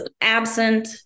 absent